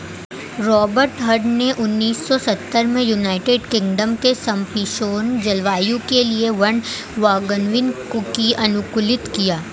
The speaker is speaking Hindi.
रॉबर्ट हार्ट ने उन्नीस सौ सत्तर में यूनाइटेड किंगडम के समषीतोष्ण जलवायु के लिए वैन बागवानी को अनुकूलित किया